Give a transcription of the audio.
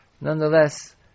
nonetheless